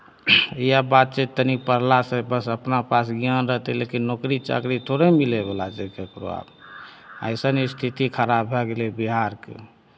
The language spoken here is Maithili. इएह बात छै तनि पढ़लासँ बस अपना पास ज्ञान रहतै लेकिन नौकरी चाकरी थोड़े मिलयवला छै ककरो आब अइसन स्थिति खराब भए गेलै बिहारके